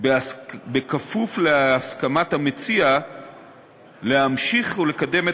בכפוף להסכמת המציע להמשיך ולקדם את